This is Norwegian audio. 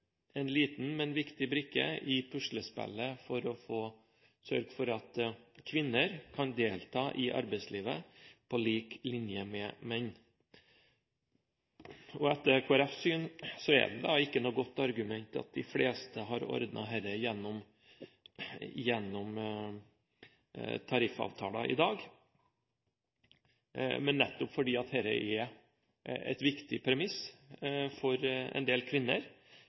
liten, men viktig brikke i puslespillet for å sørge for at kvinner kan delta i arbeidslivet på lik linje med menn. Etter Kristelig Folkepartis syn er det ikke noe godt argument at de fleste i dag har ordnet dette gjennom tariffavtaler. Nettopp fordi det er et viktig premiss for en del kvinner